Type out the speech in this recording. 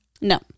no